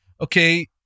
okay